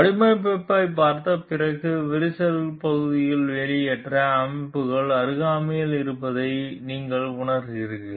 வடிவமைப்பைப் பார்த்த பிறகு விரிசல் பகுதி வெளியேற்ற அமைப்புக்கு அருகாமையில் இருப்பதை நீங்கள் உணருகிறீர்கள்